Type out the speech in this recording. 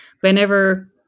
whenever